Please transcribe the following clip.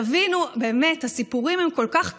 תבינו, באמת, הסיפורים הם כל כך קשים,